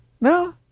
No